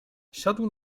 siadł